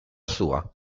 sua